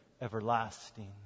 everlasting